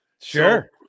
Sure